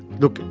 look,